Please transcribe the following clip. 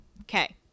Okay